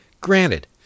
granted